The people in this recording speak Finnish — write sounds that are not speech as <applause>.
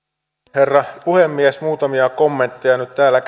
herra puhemies muutamia kommentteja nyt täällä <unintelligible>